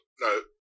no